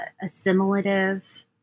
assimilative